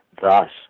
Thus